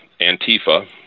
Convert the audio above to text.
Antifa